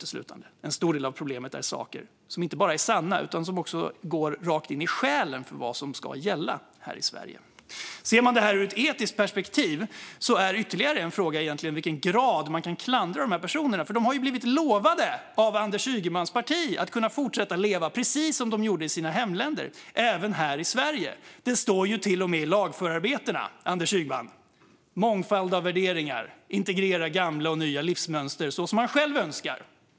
En stor del av problemet är saker som inte bara är sanna utan som också går rakt in i själen för vad som ska gälla här i Sverige. Ser man detta ur ett etiskt perspektiv är ytterligare en fråga egentligen i vilken grad som man egentligen kan klandra dessa personer. De har ju blivit lovade av Anders Ygemans parti att de ska kunna fortsätta leva precis som de gjorde i sina hemländer även här i Sverige. Det står till och med i förarbetena till lagen, Anders Ygeman - att det ska finnas en mångfald av värderingar, att gamla och nya livsmönster ska kunna integreras som man själv önskar.